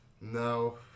No